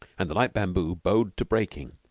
and the light bamboo bowed to breaking.